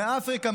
מאפריקה,